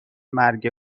مرگ